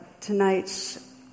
tonight's